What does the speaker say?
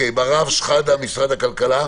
מראם שחאדה, משרד הכלכלה.